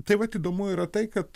tai vat įdomu yra tai kad